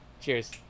Cheers